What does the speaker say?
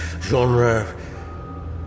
Genre